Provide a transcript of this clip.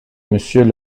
monsieur